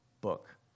book